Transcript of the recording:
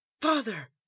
Father